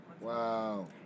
Wow